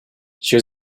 she